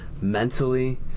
mentally